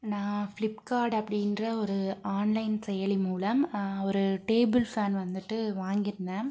நான் ஃபிளிப்கார்ட் அப்படின்ற ஒரு ஆன்லைன் செயலி மூலம் ஒரு டேபுள் ஃபேன் வந்துட்டு வாங்கிருந்தேன்